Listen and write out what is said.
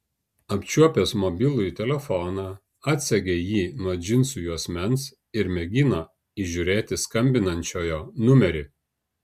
apčiuopęs mobilųjį telefoną atsegė jį nuo džinsų juosmens ir mėgino įžiūrėti skambinančiojo numerį